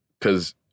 Cause